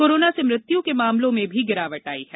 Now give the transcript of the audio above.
corona से मृत्यु के मामलों में भी गिरावट आई है